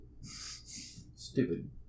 stupid